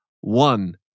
one